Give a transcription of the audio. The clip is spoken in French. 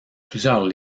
plusieurs